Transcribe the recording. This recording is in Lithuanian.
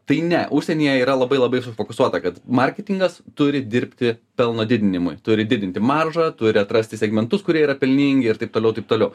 tai ne užsienyje yra labai labai sufokusuota kad marketingas turi dirbti pelno didinimui turi didinti maržą turi atrasti segmentus kurie yra pelningi ir taip toliau taip toliau